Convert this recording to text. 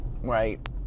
right